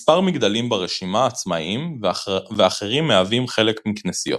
מספר מגדלים ברשימה עצמאיים ואחרים מהווים חלק מכנסיות.